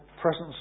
presence